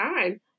time